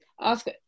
ask